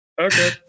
Okay